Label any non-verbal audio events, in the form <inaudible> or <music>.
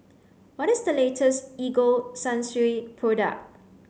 what is the latest Ego <unintelligible> product